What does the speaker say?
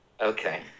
Okay